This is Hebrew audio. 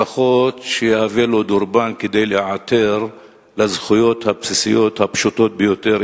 לפחות שיהווה לו דורבן כדי להיעתר לזכויות הבסיסיות הפשוטות ביותר,